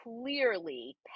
clearly